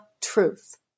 truth